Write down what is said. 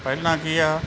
ਪਹਿਲਾਂ ਕੀ ਆ